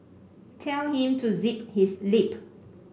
tell him to zip his lip